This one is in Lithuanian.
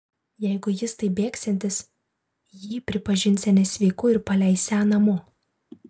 jeigu jis taip bėgsiantis jį pripažinsią nesveiku ir paleisią namo